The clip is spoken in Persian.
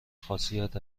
خاصیت